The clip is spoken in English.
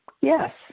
Yes